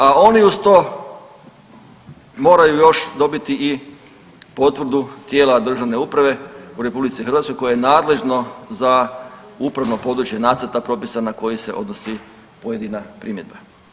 A oni uz to moraju još dobiti i potvrdu tijela državne uprave u RH koje je nadležno za upravno područje nacrta propisa na koji se odnosi pojedina primjedba.